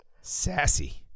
Sassy